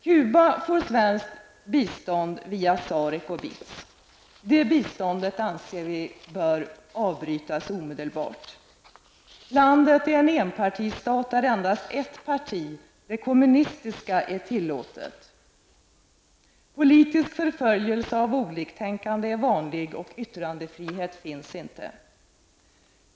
Cuba får svenskt bistånd via SAREC och BITS. Det biståndet anser vi bör avbrytas omedelbart. Landet är en enpartistat där endast ett parti, det kommunistiska, är tillåtet. Politisk förföljelse av oliktänkande är vanlig och yttrandefrihet finns inte.